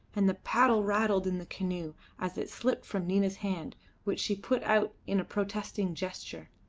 and the paddle rattled in the canoe as it slipped from nina's hands, which she put out in a protesting gesture.